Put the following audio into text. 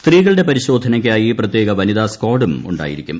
സ്ത്രീകളുടെ പരിശോധനയ്ക്കായി പ്രത്യേക വനിതാസ്കാഡും ഉണ്ടായിരിക്കും